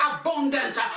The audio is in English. abundant